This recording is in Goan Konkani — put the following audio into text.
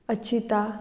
अचीता